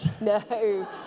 No